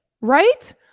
Right